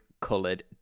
coloured